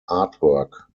artwork